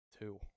Two